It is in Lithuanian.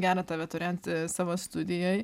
gera tave turėti savo studijoj